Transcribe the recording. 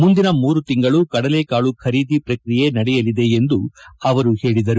ಮುಂದಿನ ಮೂರು ತಿಂಗಳು ಕಡಲೆಕಾಳು ಖರೀದಿ ಪ್ರಕ್ರಿಯೆ ನಡೆಯಲಿದೆ ಎಂದು ಅವರು ಹೇಳಿದರು